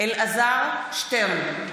מתחייבת אני אלעזר שטרן,